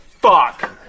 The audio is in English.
Fuck